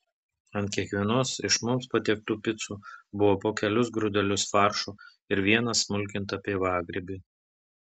ant kiekvienos iš mums patiektų picų buvo po kelis grūdelius faršo ir vieną smulkintą pievagrybį